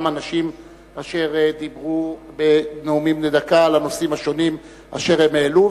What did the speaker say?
אנשים אשר דיברו בנאומים בני דקה על הנושאים אשר הם העלו,